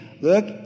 look